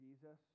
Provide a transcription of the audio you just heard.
Jesus